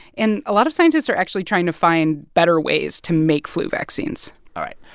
and a lot of scientists are actually trying to find better ways to make flu vaccines all right.